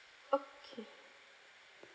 okay